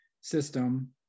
system